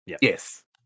Yes